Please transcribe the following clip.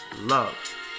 love